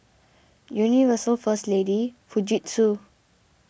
Universal First Lady Fujitsu